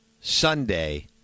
Sunday